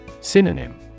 Synonym